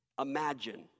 Imagine